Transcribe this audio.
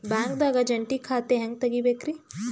ಬ್ಯಾಂಕ್ದಾಗ ಜಂಟಿ ಖಾತೆ ಹೆಂಗ್ ತಗಿಬೇಕ್ರಿ?